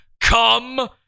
Come